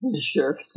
Sure